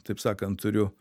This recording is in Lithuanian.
taip sakant turiu